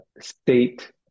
state